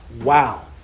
Wow